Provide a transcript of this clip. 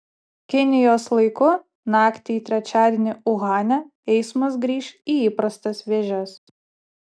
kinijos laiku naktį į trečiadienį uhane eismas grįš į įprastas vėžes